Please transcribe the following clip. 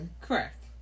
Correct